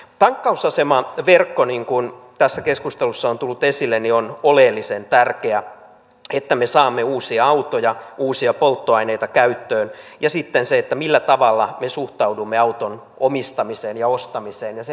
tankkausasemaverkko niin kuin tässä keskustelussa on tullut esille on oleellisen tärkeä että me saamme uusia autoja uusia polttoaineita käyttöön ja sitten se millä tavalla me suhtaudumme auton omistamiseen ja ostamiseen